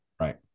right